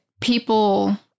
people